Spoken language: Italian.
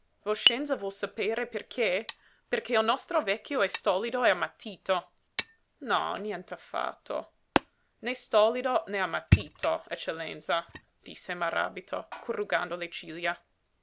voscenza vuol sapere perché perché il nostro vecchio è stolido o ammattito no nient'affatto né stolido né ammattito eccellenza disse maràbito corrugando le ciglia